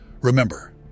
Remember